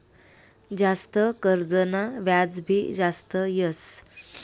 जास्त कर्जना व्याज भी जास्त येस